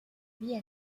vie